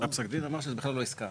פסק הדין אמר שזה בכלל לא עסקה.